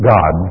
God